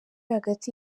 hagati